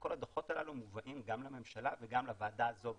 וכל הדוחות הללו מובאים גם לממשלה וגם לוועדה הזו בכנסת,